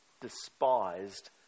despised